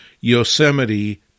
Yosemite